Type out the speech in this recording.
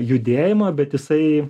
judėjimą bet jisai